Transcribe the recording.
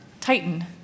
Titan